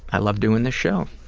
i love doing this show.